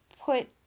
put